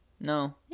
No